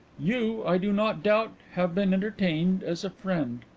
you, i do not doubt, have been entertained as a friend.